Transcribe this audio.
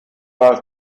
war